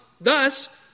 Thus